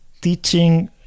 teaching